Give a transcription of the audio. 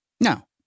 No